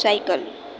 cycle